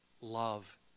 Love